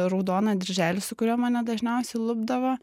raudoną dirželį su kuriuo mane dažniausiai lupdavo